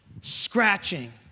scratching